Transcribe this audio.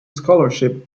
scholarship